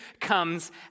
comes